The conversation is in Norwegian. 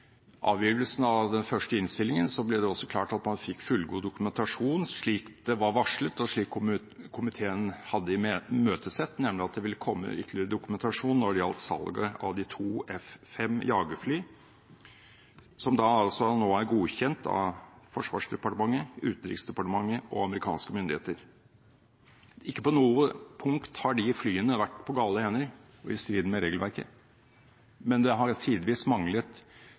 avgivelsen av den første innstillingen ble det klart at man fikk fullgod dokumentasjon, slik det var varslet, og slik komiteen hadde imøtesett, nemlig at det ville komme ytterligere dokumentasjon når det gjaldt salget av de to F-5-jagerflyene, som nå er godkjent av Forsvarsdepartementet, Utenriksdepartementet og amerikanske myndigheter. Ikke på noe punkt har disse flyene vært i gale hender og i strid med regelverket, men det har tidvis manglet